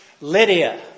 Lydia